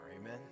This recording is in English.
Amen